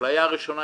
האפליה הראשונה.